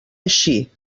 així